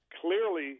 clearly